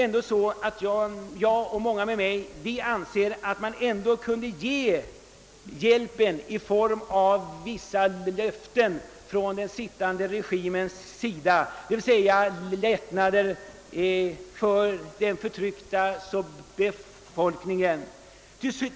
Jag och många med mig anser ändå att vi kunde ge hjälpen under förutsättning av vissa löften från den sittande regimens sida om lättnader för den förtryckta befolkningen.